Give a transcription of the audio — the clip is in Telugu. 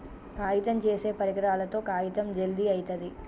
కాగితం చేసే పరికరాలతో కాగితం జల్ది అయితది